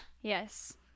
Yes